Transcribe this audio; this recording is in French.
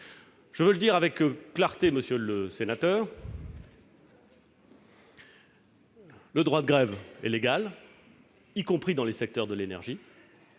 Je veux le dire avec clarté, monsieur le sénateur : le droit de grève est légal, y compris dans les secteurs de l'énergie,